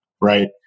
right